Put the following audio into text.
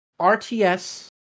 RTS